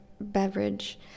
beverage